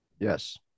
yes